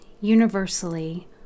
universally